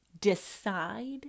decide